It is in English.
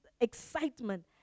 excitement